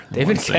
David